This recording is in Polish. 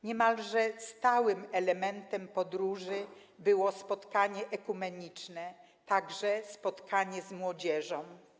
Niemalże stałym elementem podróży było spotkanie ekumeniczne, a także spotkanie z młodzieżą.